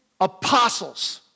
apostles